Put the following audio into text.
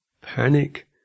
panic